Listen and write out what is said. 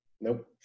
Nope